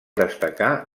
destacar